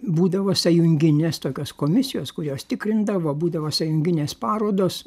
būdavo sąjunginės tokios komisijos kurios tikrindavo būdavo sąjunginės parodos